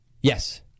Yes